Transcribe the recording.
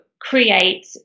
create